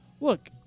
look